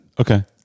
Okay